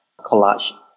collage